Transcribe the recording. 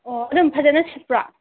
ꯑꯣ ꯑꯗꯨꯝ ꯐꯖꯅ ꯁꯤꯠꯄ꯭ꯔꯥ